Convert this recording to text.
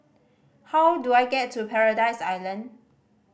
how do I get to Paradise Island